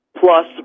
plus